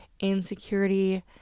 Insecurity